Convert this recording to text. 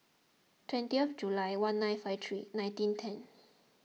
twenty of July one nine five three nineteen ten